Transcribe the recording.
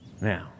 Now